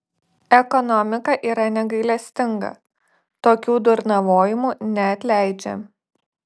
ekonomika yra negailestinga tokių durnavojimų neatleidžia